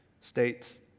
states